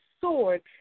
sword